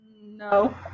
No